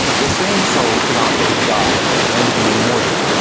the same soul cannot both die and be immortal.